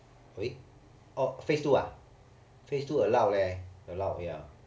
phase two ah phase two allowed leh allowed ya